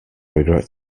regret